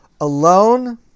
Alone